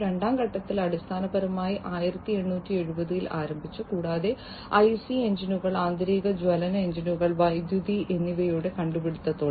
രണ്ടാം ഘട്ടത്തിൽ അടിസ്ഥാനപരമായി 1870 ൽ ആരംഭിച്ചു കൂടാതെ ഐസി എഞ്ചിനുകൾ ആന്തരിക ജ്വലന എഞ്ചിനുകൾ വൈദ്യുതി എന്നിവയുടെ കണ്ടുപിടുത്തത്തോടെ